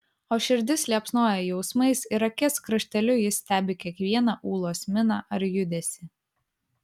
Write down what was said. o širdis liepsnoja jausmais ir akies krašteliu jis stebi kiekvieną ūlos miną ar judesį